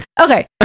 okay